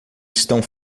estão